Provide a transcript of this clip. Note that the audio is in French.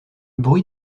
bruit